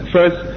First